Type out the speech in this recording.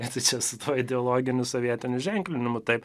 tai čia su tuo ideologiniu sovietiniu ženklinimu taip